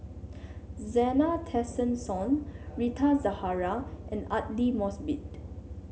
Zena Tessensohn Rita Zahara and Aidli Mosbit